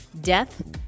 Death